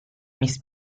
miss